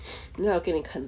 等下我给你看